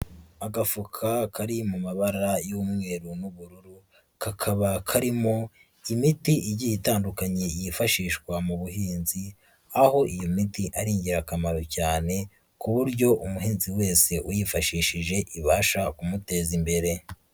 Agafuka kari mu mabara y'umweru n'ubururu, kakaba karimo imiti igiye itandukanye yifashishwa mu buhinzi aho iyo miti ari ingirakamaro cyane ku buryo umuhinzi wese uyifashishije ibasha kumuteza imbere.